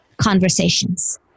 conversations